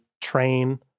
train